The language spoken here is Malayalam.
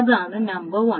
അതാണ് നമ്പർ 1